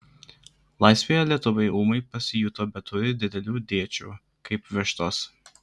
laisvėje lietuviai ūmai pasijuto beturį didelių dėčių kaip vištos